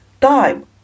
time